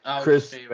Chris